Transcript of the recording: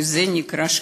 וזה נקרא שקיפות,